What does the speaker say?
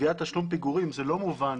גביית תשלום פיגורים זה לא מובן.